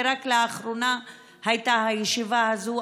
ורק לאחרונה הייתה הישיבה הזאת.